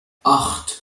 acht